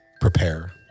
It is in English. prepare